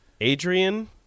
Adrian